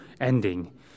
ending